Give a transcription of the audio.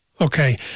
Okay